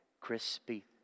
crispy